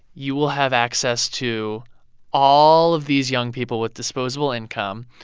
you will have access to all of these young people with disposable income.